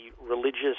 religious